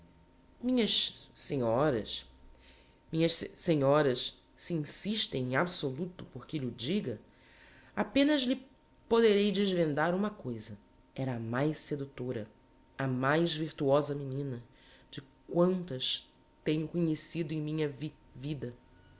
nhas senhoras minhas se senho ras se insistem em absoluto por que lh'o diga apenas lhes po derei desvendar uma coisa era a mais seductora a mais virtuosa menina de quantas tenho conhecido em minha vi vida